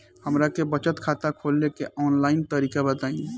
हमरा के बचत खाता खोले के आन लाइन तरीका बताईं?